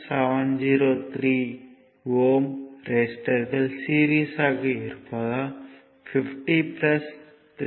703 Ω ரெசிஸ்டர்கள் சீரிஸ்யாக இருப்பதால் 50 3